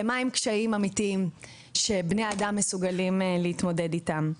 למה הם קשיים אמיתיים שבני אדם מסוגלים להתמודד איתם.